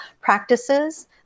practices